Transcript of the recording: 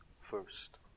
first